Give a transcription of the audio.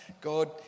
God